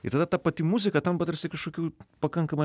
ir tada ta pati muzika tampa tarsi kažkokiu pakankamai